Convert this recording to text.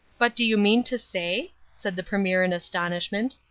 but do you mean to say, said the premier in astonishment,